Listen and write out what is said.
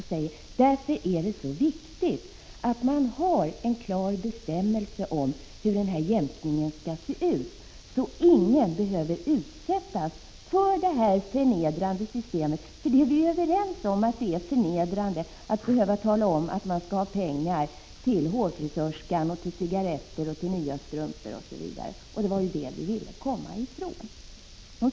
Vi anser att det är viktigt att man har en klar bestämmelse om hur jämkningen skall gå till, så att ingen behöver utsättas för detta förnedrande förfarande. Vi är ju överens om att det är förnedrande att behöva tala om att man behöver pengar till hårfrisörskan, cigaretter, nya strumpor osv. Det var ju detta vi ville komma ifrån.